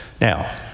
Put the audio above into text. Now